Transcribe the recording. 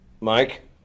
Mike